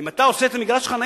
אם אתה עושה את זה מגרש חנייה,